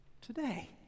today